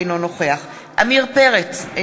אינו נוכח עמיר פרץ,